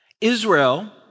Israel